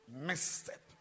Misstep